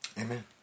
Amen